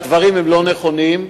שהדברים הם לא נכונים,